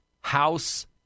House